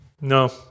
No